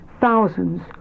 thousands